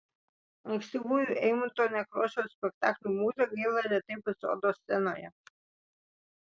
ankstyvųjų eimunto nekrošiaus spektaklių mūza gaila retai pasirodo scenoje